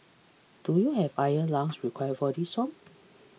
do you have iron lungs required for this song